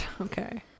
Okay